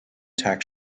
tag